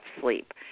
sleep